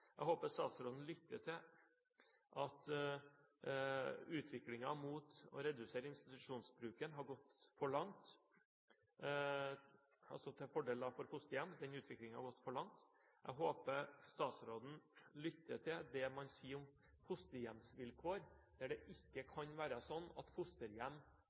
Jeg håper statsråden lytter til at utviklingen mot å redusere institusjonsbruken har gått for langt – altså at utviklingen har gått for langt til fordel for fosterhjem. Jeg håper statsråden lytter til det man sier om fosterhjemsvilkår. Det kan ikke være sånn at fosterhjem